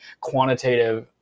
quantitative